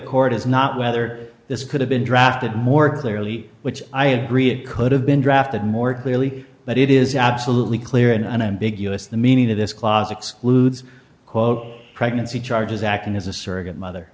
court is not whether this could have been drafted more clearly which i agree it could have been drafted more clearly but it is absolutely clear and unambiguous the meaning of this closets ludes quote pregnancy charges acting as a surrogate mother